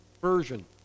Version